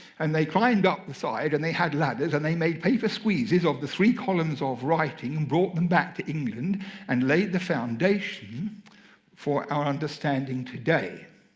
and they climbed up the side, and they had ladders. and they made paper squeezes of the three columns of writing and brought them back to england and laid the foundation for our understanding today.